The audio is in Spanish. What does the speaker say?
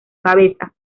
cabeza